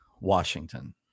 washington